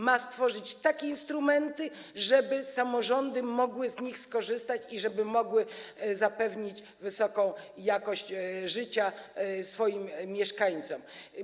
Ma on stworzyć takie instrumenty, żeby samorządy mogły z nich skorzystać i mogły zapewnić wysoką jakość życia swoim mieszkańcom.